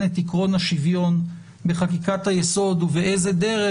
את עיקרון השוויון בחקיקת היסוד ובאיזה דרך,